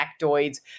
factoids